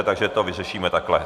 Takže to vyřešíme takhle.